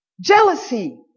jealousy